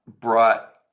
brought